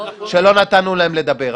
שלא נתנו להם לדבר,